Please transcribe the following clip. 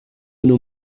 nos